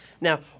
Now